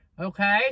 Okay